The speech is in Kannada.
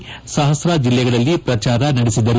ಕ ಸಹಸ್ರಾ ಜಿಲ್ಲೆಗಳಲ್ಲಿ ಕ ಪ್ರಚಾರ ನಡೆಸಿದರು